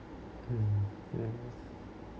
mmhmm